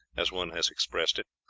as one has expressed it,